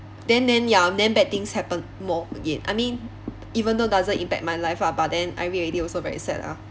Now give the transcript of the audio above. then then ya then bad things happen more again I mean even though doesn't impact my life lah but then I read already also very sad lah